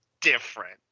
different